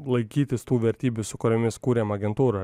laikytis tų vertybių su kuriomis kūrėm agentūrą